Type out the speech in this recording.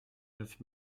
neuf